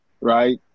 right